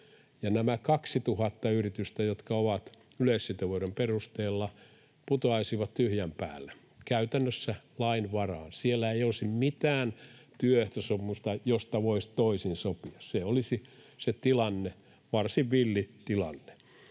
nämä 2 000 yritystä, jotka ovat yleissitovuuden piirissä, putoaisivat tyhjän päälle, käytännössä lain varaan. Siellä ei olisi mitään työehtosopimusta, josta voisi toisin sopia. Se olisi se tilanne, varsin villi tilanne.